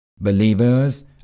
Believers